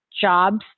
jobs